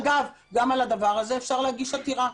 אגב גם על הדבר הזה אפשר להגיש עתירה.